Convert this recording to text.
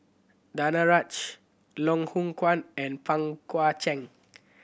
Danaraj Loh Hoong Kwan and Pang Guek Cheng